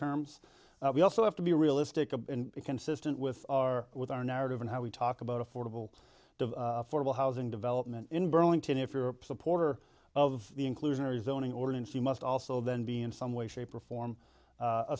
terms we also have to be realistic and consistent with our with our narrative and how we talk about affordable formal housing development in burlington if you're supporter of the inclusionary zoning ordinance you must also then be in some way shape or form a